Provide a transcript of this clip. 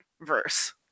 verse